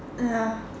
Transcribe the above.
ya